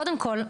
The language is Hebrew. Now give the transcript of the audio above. קודם כל,